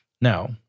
Now